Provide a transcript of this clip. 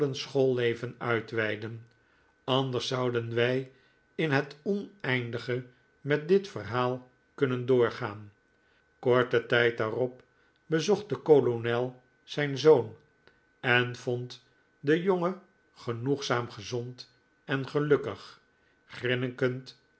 schoolleven uitweiden anders zouden wij in het oneindige met dit verhaal kunnen doorgaan korten tijd daarop bezocht de kolonel zijn zoon en vond den jongen genoegzaam gezond en gelukkig